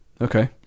Okay